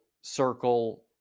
circle